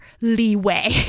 leeway